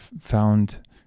found